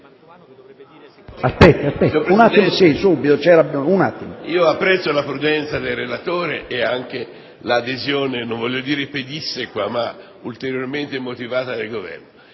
Apprezzo la prudenza del relatore e anche l'adesione, non voglio dire pedissequa, ma ulteriormente motivata, del Governo.